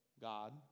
God